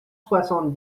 soixante